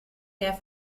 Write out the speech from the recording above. der